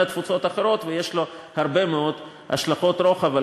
תפוצות אחרות ויש לו הרבה מאוד השלכות רוחב על